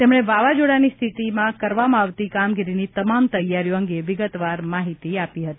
તેમણે વાવાઝોડાની સ્થિતિમાં કરવામાં આવતી કામગીરીની તમામ તૈયારીઓ અંગે વિગતવાર માહિતી આપી હતી